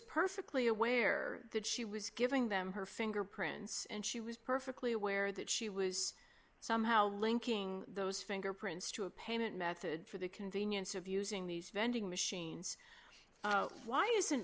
perfectly aware that she was giving them her fingerprints and she was perfectly aware that she was somehow linking those fingerprints to a payment method for the convenience of using these vending machines why isn't